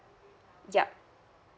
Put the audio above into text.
yup